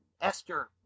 Esther